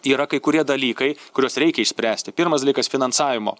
yra kai kurie dalykai kuriuos reikia išspręsti pirmas dalykas finansavimo